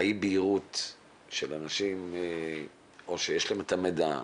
אי הבהירות של אנשים או שיש להם את המידע,